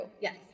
Yes